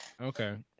okay